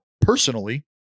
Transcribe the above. personally